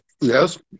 yes